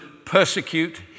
persecute